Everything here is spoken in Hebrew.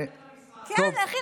את יכולה לשבת שם.